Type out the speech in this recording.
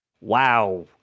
wow